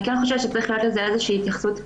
אני כן חושבת שצריכה להיות לזה איזושהי התייחסות.